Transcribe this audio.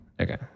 Okay